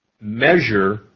measure